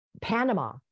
Panama